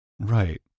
Right